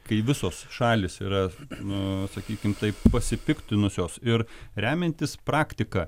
kai visos šalys yra nu sakykim taip pasipiktinusios ir remiantis praktika